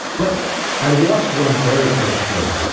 but i lost one very close friend.